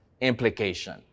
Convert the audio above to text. implication